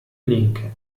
linke